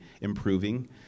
improving